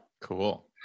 Cool